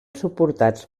suportats